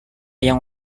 yang